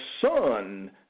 son